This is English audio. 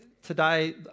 today